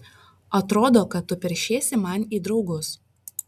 atrodo kad tu peršiesi man į draugus